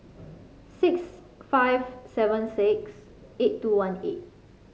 six five seven six eight two one eight